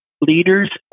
leaders